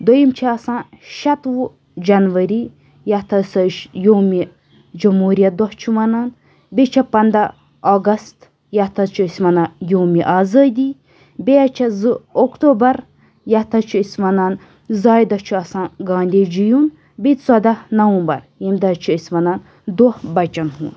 دوٚیِم چھِ آسان شیٚتوُہ جَنؤری یَتھ حظ أسۍ یومہِ جمہوریت دۄہ چھُ وَنان بیٚیہِ چھِ پنٛدہ اَگست یَتھ حظ چھِ أسۍ وَنان یومہِ آزٲدی بیٚیہِ حظ چھِ زٕ اوٚکتوٗبَر یَتھ حظ چھِ أسۍ وَنان زایہِ دۄہ چھُ آسان گاندھی جِیُن بیٚیہِ ژۄدہ نَوَمبَر ییٚمہِ دۄہ حظ چھِ أسۍ وَنان دۄہ بَچَن ہُنٛد